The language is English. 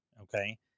Okay